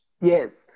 Yes